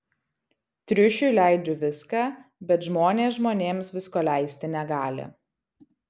triušiui leidžiu viską bet žmonės žmonėms visko leisti negali